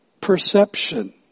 perception